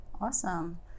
Awesome